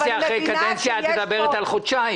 קדנציה אחרי קדנציה את מדברת על חודשיים.